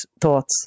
thoughts